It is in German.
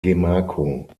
gemarkung